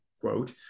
quote